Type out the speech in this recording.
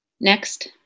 Next